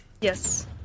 Yes